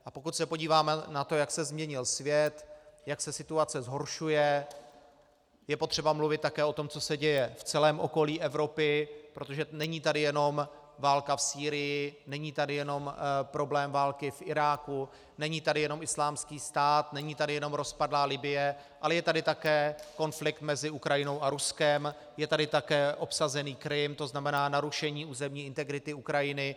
A pokud se podíváme na to, jak se změnil svět, jak se situace zhoršuje, je potřeba také mluvit o tom, co se děje v celém okolí Evropy, protože není tady jenom válka v Sýrii, není tady jenom problém války v Iráku, není tady jenom Islámský stát, není tady jenom rozpadlá Libye, ale je tady také konflikt mezi Ukrajinou a Ruskem, je tady také obsazený Krym, tzn. narušení územní integrity Ukrajiny.